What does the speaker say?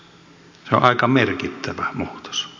se on aika merkittävä muutos